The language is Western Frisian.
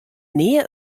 nea